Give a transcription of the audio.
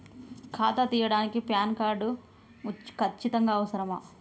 ఖాతా తీయడానికి PAN card ఖచ్చితంగా అవసరమా?